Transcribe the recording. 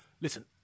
Listen